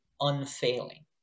unfailing